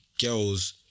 girls